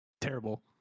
Terrible